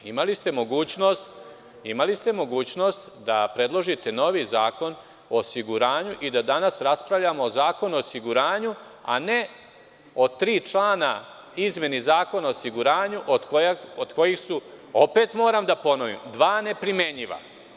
Imali ste mogućnost, da predložite novi zakon o osiguranju i da danas raspravljamo o Zakonu o osiguranju, a ne o tri člana izmena Zakona o osiguranju, od kojih su, opet moram da ponovim, dva neprimenjiva.